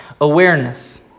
Awareness